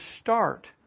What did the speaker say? start